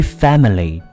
family